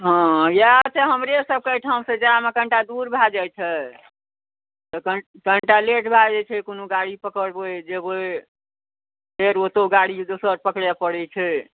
हँ इएह छै हमरे सबके एहिठामसऽ जाइमे कनिटा दूर भऽ जाइ छै तऽ कनिटा लेट भऽ जाइ छै कोनो गाड़ी पकड़बै जेबै फेर ओतौ गाड़ी दोसर पकड़य पड़ै छै